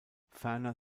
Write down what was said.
ferner